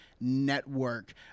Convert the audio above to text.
Network